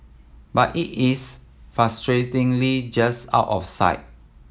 but it is frustratingly just out of sight